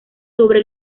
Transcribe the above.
sobre